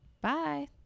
Bye